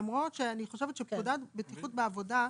למרות שאני חושבת שפקודת בטיחות בעבודה,